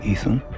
Ethan